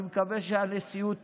ואני מקווה שהנשיאות